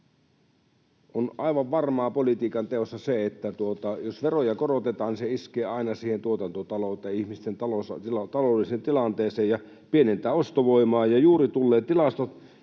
On aivan varmaa politiikanteossa se, että jos veroja korotetaan, se iskee aina siihen tuotantotalouteen, ihmisten taloudelliseen tilanteeseen ja pienentää ostovoimaa. Juuri ovat tulleet tilastot